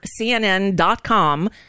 CNN.com